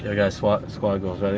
here guys, squad squad goals,